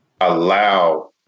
allow